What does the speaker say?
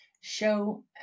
show